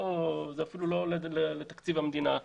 החיסכון הזה אפילו לא עולה לתקציב המדינה.